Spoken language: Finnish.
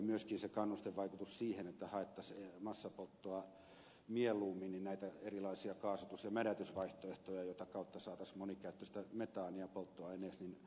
myöskin puuttuu kannustevaikutus siihen että mieluummin kuin tehtäisiin massapolttoa haettaisiin erilaisia kaasutus ja mädätysvaihtoehtoja jota kautta saataisiin monikäyttöistä metaania polttoaineeksi